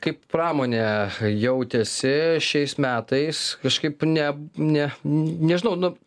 kaip pramonė jautėsi šiais metais kažkaip ne ne nežinau nu